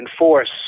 enforce